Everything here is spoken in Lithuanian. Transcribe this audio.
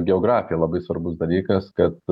geografija labai svarbus dalykas kad